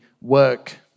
work